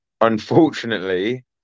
Unfortunately